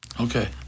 Okay